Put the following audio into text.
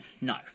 No